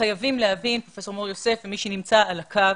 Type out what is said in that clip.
חייבים להבין, פרופ' מור-יוסף ומי שנמצא על הקו,